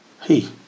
Hey